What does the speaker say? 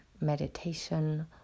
meditation